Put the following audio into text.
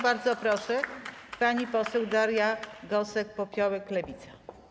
Bardzo proszę, pani poseł Daria Gosek-Popiołek, Lewica.